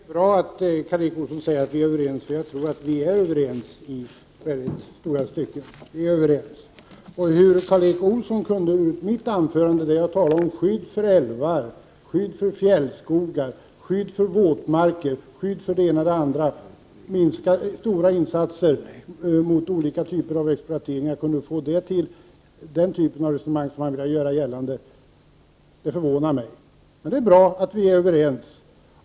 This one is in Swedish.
Herr talman! Det är bra att Karl Erik Olsson säger att vi är överens, och jag tror att vi är överens i mycket långa stycken. Att Karl Erik Olsson kunde få mitt anförande — där jag talade om skydd för älvar, skydd för fjällskogar, skydd för våtmarker och stora insatser mot exploatering — till den typ av resonemang som han vill göra gällande att det var förvånar mig. Men det är bra att vi är överens.